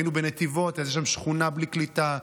היינו בנתיבות, אז יש שם שכונה בלי קליטה.